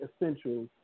essential